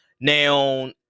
Now